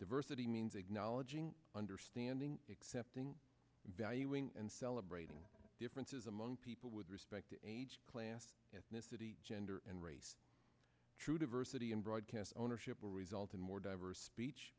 diversity means acknowledging understanding accepting valuing and celebrating differences among people with respect age class ethnicity gender and race true diversity in broadcast ownership will result in more diverse speech